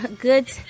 good